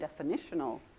definitional